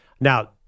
Now